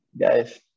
Guys